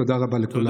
תודה רבה לכולם.